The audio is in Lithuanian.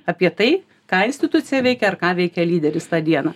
apie tai ką institucija veikia ar ką veikia lyderis tą dieną